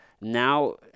now